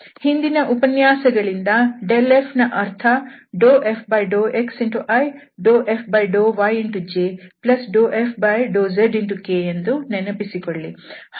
ಹಿಂದಿನ ಉಪನ್ಯಾಸಗಳಿಂದ f ನ ಅರ್ಥ ∂f∂xi∂f∂yj∂f∂zk ಎಂದು ನೆನಪಿಸಿಕೊಳ್ಳಿ